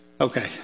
Okay